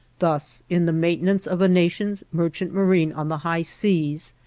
thus, in the maintenance of a nation's merchant marine on the high seas,